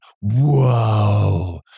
whoa